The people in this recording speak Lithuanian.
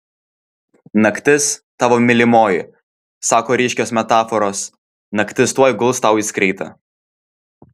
naktis tavo mylimoji sako ryškios metaforos naktis tuoj guls tau į skreitą